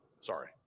sorry